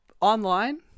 Online